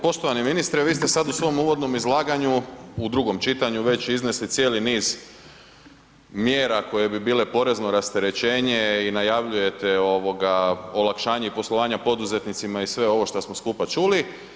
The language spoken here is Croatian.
Poštovani ministre, vi ste sada u svom uvodnom izlaganju u drugom čitanju već iznesli cijeli niz mjera koje bi bile porezno rasterećenje i najavljujete olakšanje i poslovanje poduzetnicima i sve ovo šta smo skupa čuli.